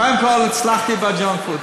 קודם כול, הצלחתי בג'אנק פוד.